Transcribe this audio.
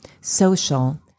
social